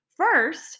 First